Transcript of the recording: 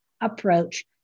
approach